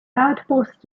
outpost